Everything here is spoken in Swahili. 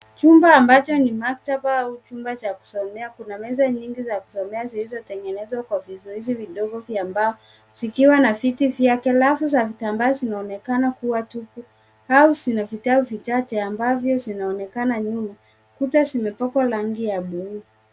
Chumba ambacho ni maktaba au chumba cha kusomea. Kuna meza nyingi za kusomea zilizotengenezwa kwa vizuizi vidogo vya mbao vikiwa na viti vyake. Rafu za vitambaa zinaonekana kuwa tupu au zina vitabu vichache ambavyo vinaonekana nyuma. Kuta zimepakwa rangi ya bluu.